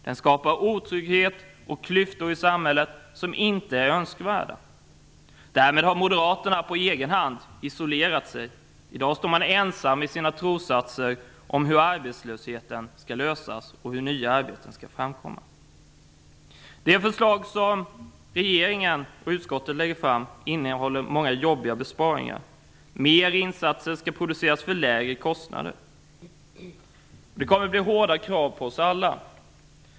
Den skapar otrygghet och klyftor i samhället som inte är önskvärda. Därmed har Moderaterna på egen hand isolerat sig. I dag står de ensamma i sina trossatser om hur arbetslösheten skall klaras och hur nya arbeten skall framkomma. De förslag som regeringen och utskottet lägger fram innehåller många jobbiga besparingar. Mer insatser skall produceras för lägre kostnader. Det kommer att bli hårda krav på oss alla.